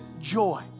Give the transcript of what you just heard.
joy